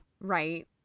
right